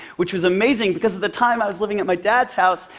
which was amazing because at the time i was living at my dad's house,